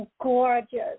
gorgeous